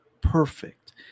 perfect